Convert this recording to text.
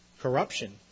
corruption